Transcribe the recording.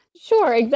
Sure